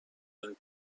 این